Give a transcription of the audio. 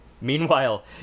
Meanwhile